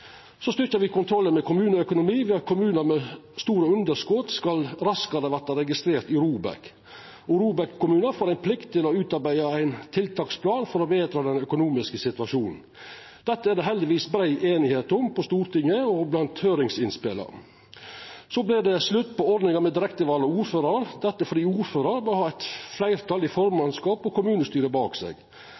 Så får me to nye samarbeidsformer for kommunalt samarbeid. Det er kommunalt oppgåvefellesskap og interkommunalt politisk råd. Desse nye samarbeidsformene er betre tilpassa det kommunane samarbeider om i dag. Me styrkjer kontrollen med kommuneøkonomien ved at kommunar med store underskot raskare skal verta registrerte i ROBEK, og ROBEK-kommunar får ei plikt til å utarbeida ein tiltaksplan for å betra den økonomiske situasjonen. Dette er det heldigvis brei semje om på Stortinget og i høyringsinnspela. Det vert slutt på ordninga